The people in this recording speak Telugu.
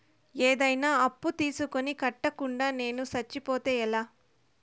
ఏదైనా అప్పు తీసుకొని కట్టకుండా నేను సచ్చిపోతే ఎలా